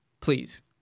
Please